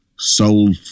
soul